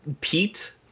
Pete